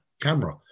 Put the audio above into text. camera